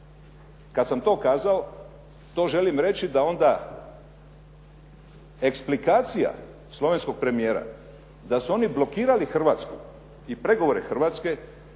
Kad sam to kazao, to želim reći da onda eksplikacija slovenskog premijera da su oni blokirali Hrvatsku i pregovore Hrvatske